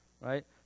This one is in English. right